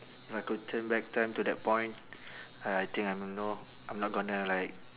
if I could turn back time to that point I think I'm know I'm not gonna like